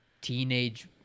teenage